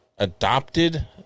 adopted